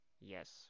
Yes